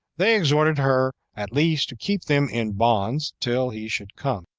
they exhorted her at least to keep them in bonds till he should come,